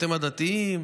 אתם הדתיים,